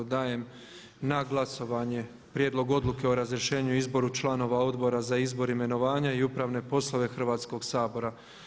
Dajem na glasovanje prijedlog odluke o razrješenju i izboru članova Odbora za izbor, imenovanje i upravne poslove Hrvatskog sabora.